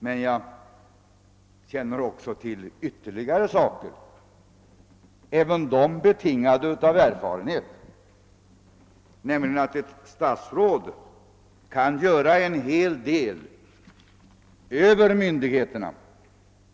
Men jag känner också till — och det gör jag av erfarenhet — att ett statsråd kan göra en hel del över myndigheternas huvuden, om han bara vill.